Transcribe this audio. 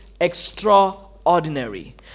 extraordinary